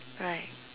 right